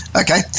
Okay